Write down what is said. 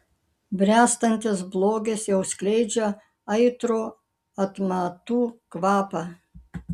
bręstantis blogis jau skleidžia aitrų atmatų kvapą